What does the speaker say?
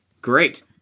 Great